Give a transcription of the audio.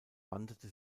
wanderte